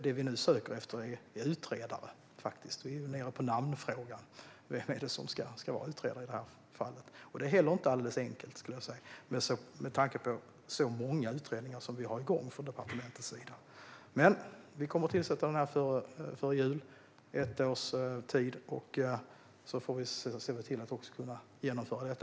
Det vi nu söker efter är utredare - vi är nere på namnfrågan, vem som ska vara utredare i det här fallet. Detta är heller inte alldeles enkelt med tanke på hur många utredningar vi har igång på departementet. Vi kommer att tillsätta utredningen före jul, på ett års tid, och så får vi se till att detta genomförs.